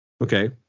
Okay